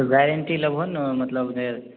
guarantee लेबहो ने मतलब फेर